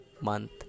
month